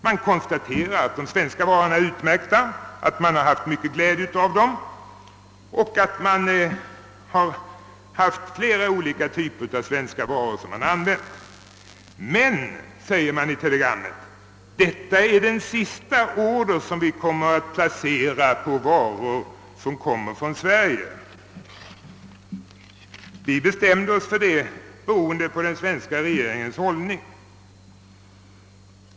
Han konstaterar att de svenska varorna är utmärkta, att man haft mycken glädje av dem och att man har använt flera typer av svenska varor. Men, heter det i brevet, detta är den sista order som vi kommer att placera på varor som kommer från Sverige. Vi bestämde oss för detta på grund av den svenska regeringens hållning.